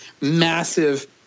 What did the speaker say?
massive